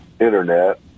internet